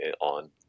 on